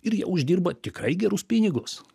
ir jie uždirba tikrai gerus pinigus